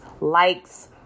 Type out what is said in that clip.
likes